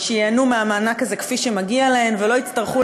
שמיועד להוצאות